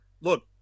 look